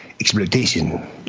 Exploitation